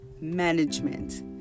management